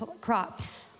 crops